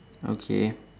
okay